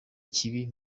kibi